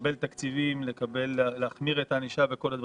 לקבל תקציבים, להחמיר את הענישה וכל השאר.